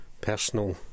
personal